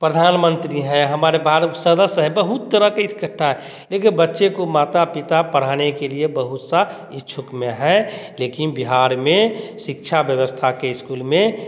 प्रधानमंत्री हैं हमारे भारत सदस्य है बहुत तरह के इकट्ठा है लेकिन बच्चे को माता पिता पढ़ाने के लिए बहुत सा इच्छुक में है लेकिन बिहार में शिक्षा व्यवस्था के स्कूल में